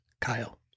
Kyle